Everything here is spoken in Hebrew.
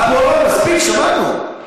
אבו עראר, מספיק, שמענו.